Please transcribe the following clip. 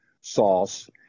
sauce